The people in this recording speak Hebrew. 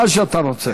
מה שאתה רוצה.